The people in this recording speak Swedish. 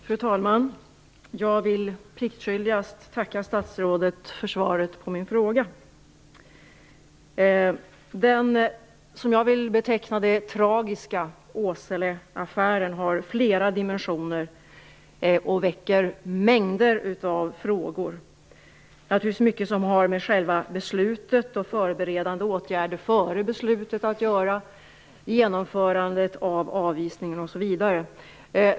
Fru talman! Jag vill pliktskyldigast tacka statsrådet för svaret på min fråga. Den, som jag vill säga, tragiska Åseleaffären har flera dimensioner och väcker en mängd frågor. Det är naturligtvis mycket som har med själva beslutet och med förberedande åtgärder före beslutet att göra - genomförandet av avvisningen osv.